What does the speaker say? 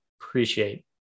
Appreciate